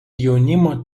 jaunimo